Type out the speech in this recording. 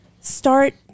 start